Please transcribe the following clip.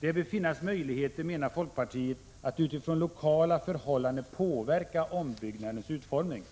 Det bör finnas möjligheter, menar folkpartiet, att utifrån lokala förhållanden påverka ombyggnadens utformning.